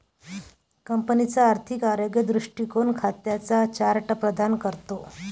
कंपनीचा आर्थिक आरोग्य दृष्टीकोन खात्यांचा चार्ट प्रदान करतो